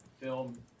film